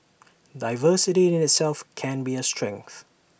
diversity in itself can be A strength